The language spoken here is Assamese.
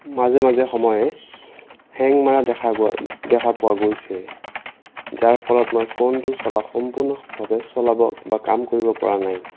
মাজে মাজে সময়ে হেং মৰা দেখা গোৱা দেখা পোৱা গৈছে যাৰ ফলত মই ফোনটো চলা সম্পূৰ্ণভাৱে চলাব বা কাম কৰিব পৰা নাই